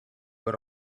were